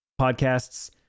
podcasts